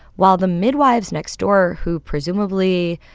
while the midwives next door who presumably,